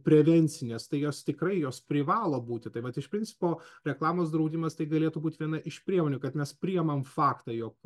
prevencinės tai jos tikrai jos privalo būti tai vat iš principo reklamos draudimas tai galėtų būt viena iš priemonių kad mes priėmam faktą jog